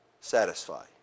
satisfy